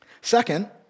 Second